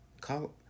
call